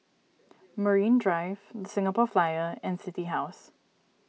Marine Drive Singapore Flyer and City House